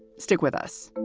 stick with us